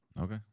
Okay